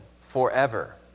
forever